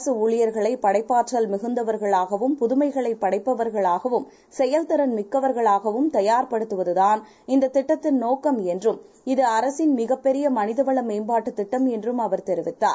அரசுஊழியர்களைபடைப்பாற்றல்மிகுந்தவர்களாகவும் புதுமைகளைபடைப்பவர்களாகவும் செயல்திறன்மிக்கவர்களாகவும்தயார்படுத்துவதுதான்இந்ததிட்டத்தின்நோக்கம்என் றும் இதுஅரசின்மிகப்பெரியமனிதவளமேம்பாட்டுதிட்டம்என்றுஅவர்தெரிவித்தார்